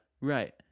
right